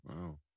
Wow